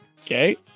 Okay